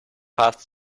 passed